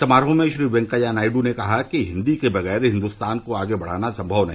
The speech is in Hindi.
समारोह में श्री वैंकेया नायडु ने कहा हिन्दी के बगैर हिन्दुस्तान को आगे बढ़ाना संभव नहीं